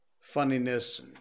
funniness